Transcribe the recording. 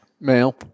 Male